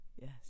yes